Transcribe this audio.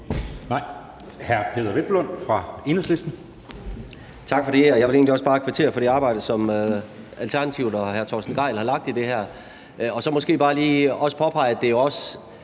12:15 Peder Hvelplund (EL): Tak for det. Og jeg vil egentlig også bare kvittere for det arbejde, som Alternativet og hr. Torsten Gejl har lagt i det her, og så måske bare lige også påpege, at det også